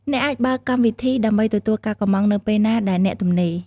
អ្នកអាចបើកកម្មវិធីដើម្បីទទួលការកម្ម៉ង់នៅពេលណាដែលអ្នកទំនេរ។